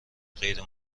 غیر